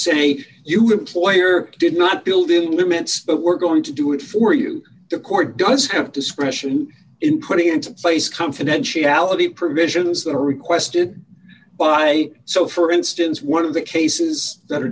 say you employer did not believe in limits but we're going to do it for you the court does have discretion in putting into place confidentiality provisions that are requested by so for instance one of the cases that are